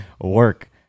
work